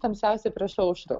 tamsiausia prieš aušrą